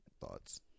Thoughts